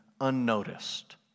unnoticed